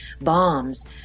bombs